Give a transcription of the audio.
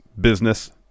business